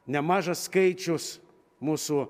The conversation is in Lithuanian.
nemažas skaičius mūsų